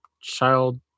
child